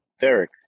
Derek